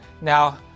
Now